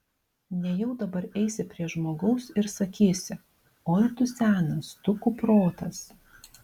nejau dabar eisi prie žmogaus ir sakysi oi tu senas tu kuprotas